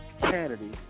Kennedy